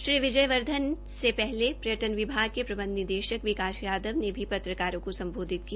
श्री विजय वर्धन से पहले पर्यटन विभाग के प्रबंध निदेशक विकास यादव ने भी पत्रकारें को सम्बोधित किया